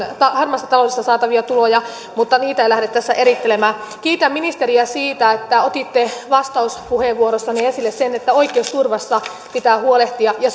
harmaasta taloudesta saatavia tuloja mutta niitä en lähde tässä erittelemään kiitän ministeriä siitä että otitte vastauspuheenvuorossanne esille sen että oikeusturvasta pitää huolehtia ja